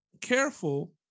careful